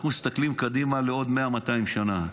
אנחנו מסתכלים קדימה לעוד מאה, מאתיים שנה,